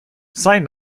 sein